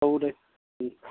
औ दे